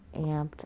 amped